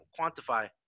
quantify